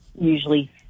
usually